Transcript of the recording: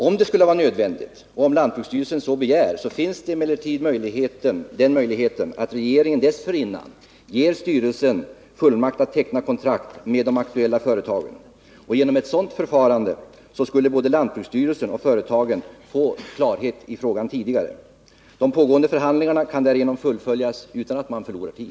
Om det skulle vara nödvändigt och om lantbruksstyrelsen så begär, finns emellertid den möjligheten att regeringen dessförinnan ger styrelsen fullmakt att teckna kontrakt med de aktuella företagen. Genom ett sådant förfarande skulle både lantbruksstyrelsen och företagen få klarhet i frågan tidigare. De pågående förhandlingarna kan därigenom fullföljas utan att man förlorar tid.